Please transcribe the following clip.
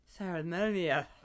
Ceremonia